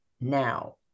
now